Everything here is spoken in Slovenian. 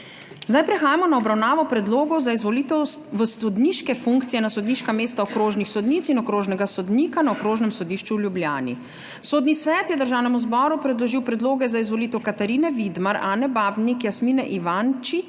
Prehajamo na obravnavo Predlogov za izvolitev v sodniške funkcije na sodniška mesta okrožnih sodnic in okrožnega sodnika na Okrožnem sodišču v Ljubljani. Sodni svet je Državnemu zboru predložil predloge za izvolitev Katarine Vidmar, Ane Babnik, Jasmine Ivančič